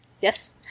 Yes